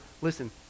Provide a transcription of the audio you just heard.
listen